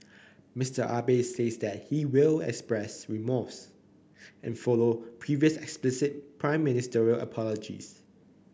Mister Abe says that he will express remorse and follow previous explicit Prime Ministerial apologies